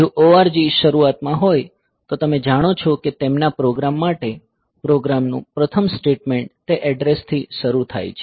જો ORG શરૂઆતમાં હોય તો તમે જાણો છો કે તેમના પ્રોગ્રામ માટે પ્રોગ્રામનું પ્રથમ સ્ટેટમેન્ટ તે એડ્રેસ થી શરૂ થાય છે